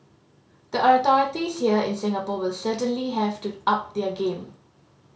the authorities here in Singapore will certainly have to up their game